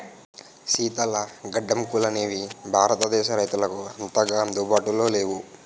శీతల గడ్డంగులనేవి భారతదేశ రైతులకు అంతగా అందుబాటులో లేవు